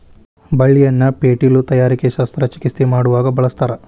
ಬಳ್ಳಿಯನ್ನ ಪೇಟಿಲು ತಯಾರಿಕೆ ಶಸ್ತ್ರ ಚಿಕಿತ್ಸೆ ಮಾಡುವಾಗ ಬಳಸ್ತಾರ